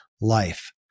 Life